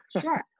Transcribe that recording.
Sure